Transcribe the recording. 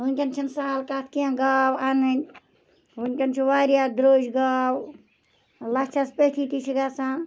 وٕنکٮ۪ن چھنہٕ سَہَل کتھ کتھ کینٛہہ گاو اَنٕنۍ وٕنکٮ۪ن چھِ واریاہ درٔج گاو لَچھَس پیٚٹھی تہِ چھِ گَژھان